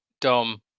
dom